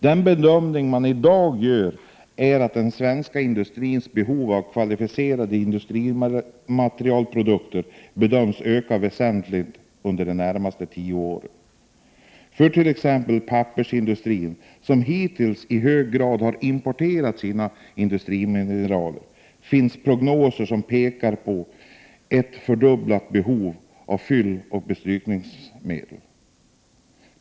Den bedömning man i dag gör är att den svenska industrins behov av kvalificerade industrimineralprodukter bedöms öka väsentligt under de närmaste tio åren. För t.ex. pappersindustrin, som hittills i hög grad importerat sina industrimineraler, finns prognoser som pekar på ett fördubblat behov av fylloch bestrykningsmedel.